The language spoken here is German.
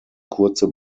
kurze